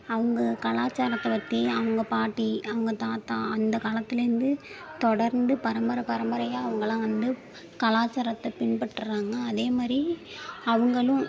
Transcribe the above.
அவங்க கலாச்சாரத்தை பற்றி அவங்க பாட்டி அவங்க தாத்தா அந்த காலத்துலேருந்து தொடர்ந்து பரம்பரை பரம்பரையாக அவங்களாம் வந்து கலாச்சாரத்தை பின்பற்றுகிறாங்க அதே மாதிரி அவங்களும்